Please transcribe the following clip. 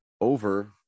over